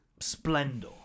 splendor